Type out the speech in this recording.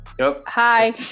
Hi